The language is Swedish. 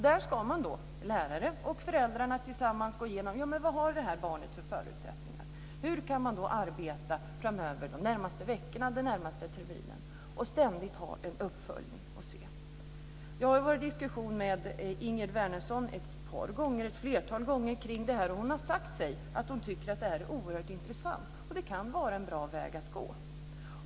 Då ska lärare och föräldrar tillsammans gå igenom vad barnet har för förutsättningar, hur man kan arbeta framöver, de närmaste veckorna, den närmaste terminen och ständigt ha en uppföljning. Jag har haft en diskussion med Ingegerd Wärnersson ett flertal gånger om detta, och hon har sagt att hon tycker att det här är oerhört intressant och att det kan vara en bra väg att gå.